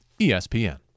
ESPN